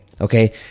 okay